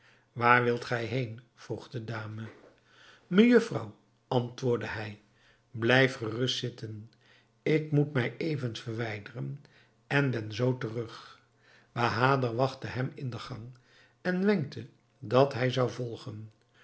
waar wilt gij heen vroeg de dame mejufvrouw antwoordde hij blijf gerust zitten ik moet mij even verwijderen en ben zoo terug bahader wachtte hem in den gang en wenkte dat hij zou volgen